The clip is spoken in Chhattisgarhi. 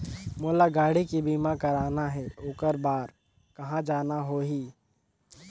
मोला गाड़ी के बीमा कराना हे ओकर बार कहा जाना होही?